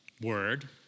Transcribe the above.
word